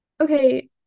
Okay